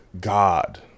god